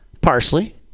parsley